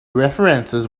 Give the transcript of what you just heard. references